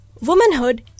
womanhood